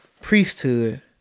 Priesthood